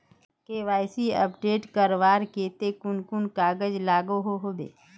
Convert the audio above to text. KYC update करवार केते कुन कुन कागज लागोहो होबे?